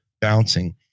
bouncing